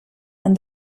and